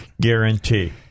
guarantee